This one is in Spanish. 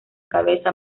cabeza